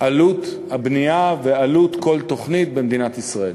עלות הבנייה ועלות כל תוכנית במדינת ישראל.